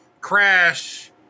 crash